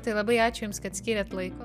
tai labai ačiū jums kad skyrėt laiko